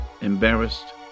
embarrassed